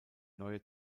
neue